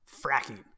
Fracking